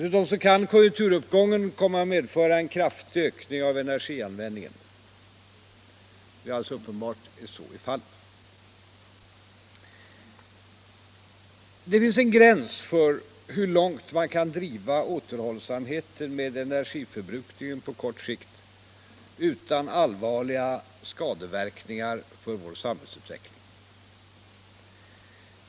Konjunkturuppgången kan alldeles uppenbart komma att medföra en kraftig ökning av energianvändningen, men det finns en gräns för hur långt man kan driva återhållsamheten med förbrukningen på kort sikt utan allvarliga skadeverkningar för vår samhällsutveckling.